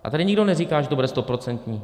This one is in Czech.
A tady nikdo neříká, že to bude stoprocentní.